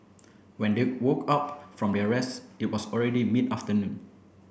when they woke up from their rest it was already mid afternoon